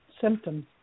symptoms